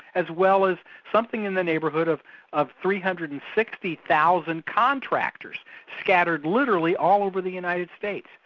as well as something in the neighbourhood of of three hundred and sixty thousand contractors scattered literally all over the united states.